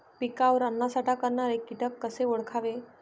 पिकावर अन्नसाठा करणारे किटक कसे ओळखावे?